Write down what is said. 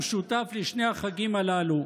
מחבר האיגרת מדגיש את המשותף לשני החגים הללו,